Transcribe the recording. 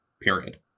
period